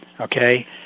okay